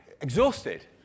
exhausted